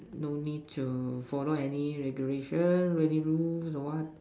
no need to follow any regulation any rules or what